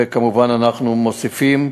וכמובן אנחנו מוסיפים.